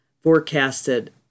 forecasted